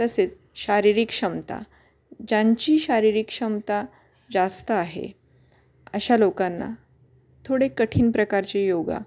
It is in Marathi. तसेच शारीरिक क्षमता ज्यांची शारीरिक क्षमता जास्त आहे अशा लोकांना थोडे कठीण प्रकारचे योगा